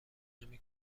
نمی